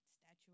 statue